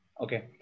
Okay